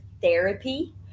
therapy